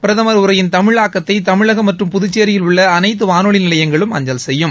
பிரதமர் உரையின் தமிழாக்கத்தை தமிழகம் மற்றும் புதுச்சேரியில் உள்ள அனைத்து வானொலி நிலையங்களும் அஞ்சல் செய்யும்